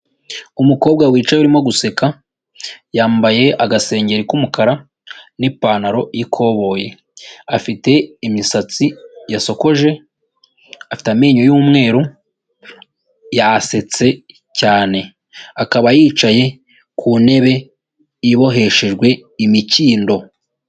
Umukobwa wicaye urimo guseka, yambaye agasengeri k'umukara n'ipantaro y'ikoboyi, afite imisatsi yasokoje afite amenyo y'umweru yasetse cyane, akaba yicaye ku ntebe iboheshejwe imikindo.